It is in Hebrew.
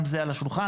גם זה על השולחן.